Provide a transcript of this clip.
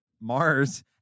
Mars